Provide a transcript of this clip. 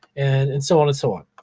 and and so on, and so on.